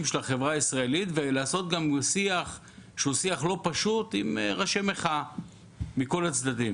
של החברה הישראלית ולעשות גם שיח לא פשוט עם ראשי מחאה מכל הצדדים.